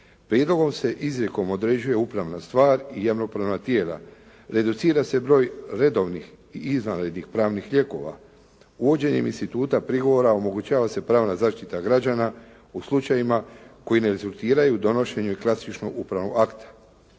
Prijedlogom se izrijekom određuje upravna stvar i javno-pravna tijela, reducira se broj redovnih i izvanrednih pravnih lijekova. Uvođenjem instituta prigovora omogućava se pravna zaštita građana u slučajevima koji ne rezultiraju donošenju klasičnog upravnog akta.